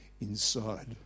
inside